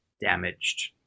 damaged